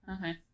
Okay